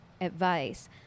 advice